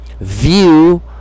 view